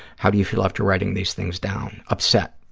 how do you feel after writing these things down? upset,